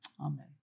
Amen